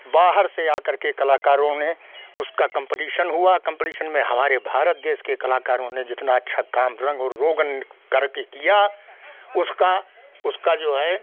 बाहर से आकर के कलाकारों ने उसका कम्पिटीशन हुआ कम्पिटीशन में हमारे भारत देश के कलाकारों ने जितना अच्छा काम रंगो रोगन करके किया उसका उसका जो है